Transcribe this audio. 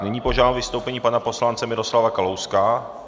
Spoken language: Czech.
Nyní požádám o vystoupení pana poslance Miroslava Kalouska.